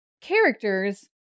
characters